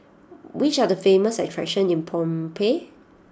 which are the famous attractions in Phnom Penh